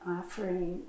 offering